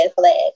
flag